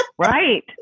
Right